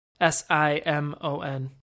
s-i-m-o-n